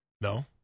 No